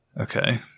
Okay